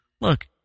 look